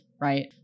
right